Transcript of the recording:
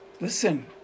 Listen